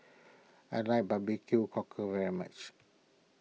I like Barbecue Cockle very much